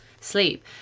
sleep